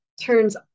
turns